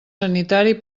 sanitari